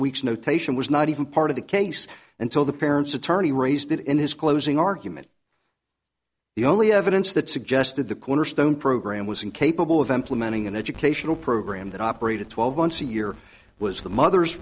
weeks notation was not even part of the case until the parent's attorney raised in his closing argument the only evidence that suggested the cornerstone program was incapable of implementing an educational program that operated twelve months a year was the mother